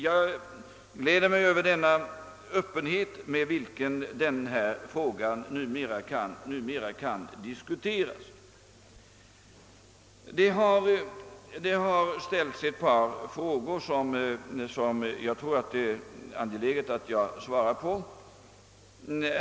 Jag gläder mig över den öppenhet med vilken den saken nu kan diskuteras. Det har ställts ett par frågor som det enligt min mening är angeläget att jag svarar på.